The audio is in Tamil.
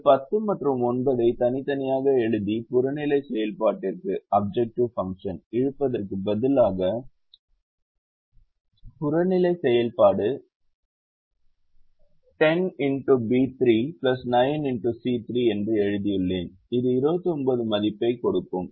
இங்கு 10 மற்றும் 9 ஐ தனித்தனியாக எழுதி புறநிலை செயல்பாட்டிற்கு இழுப்பதற்கு பதிலாக புறநிலை செயல்பாடு 10xB3 9xC3 என்று எழுதியுள்ளேன் இது 29 மதிப்பைக் கொடுக்கும்